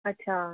अच्छा